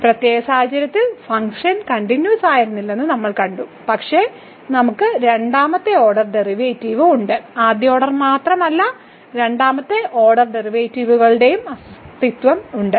ഈ പ്രത്യേക സാഹചര്യത്തിൽ ഫംഗ്ഷൻ കണ്ടിന്യൂവസ്സായിരുന്നില്ലെന്ന് നമ്മൾ കണ്ടു പക്ഷേ നമുക്ക് രണ്ടാമത്തെ ഓർഡർ ഡെറിവേറ്റീവ് ഉണ്ട് ആദ്യ ഓർഡർ മാത്രമല്ല രണ്ടാമത്തെ ഓർഡർ ഡെറിവേറ്റീവുകളുടെ അസ്തിത്വമുണ്ട്